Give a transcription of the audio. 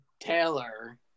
Taylor